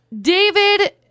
David